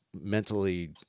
mentally